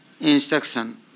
instruction